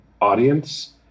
audience